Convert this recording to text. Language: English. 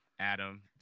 Adam